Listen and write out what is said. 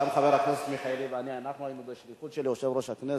חבר הכנסת מיכאלי ואני היינו בשליחות של יושב-ראש הכנסת.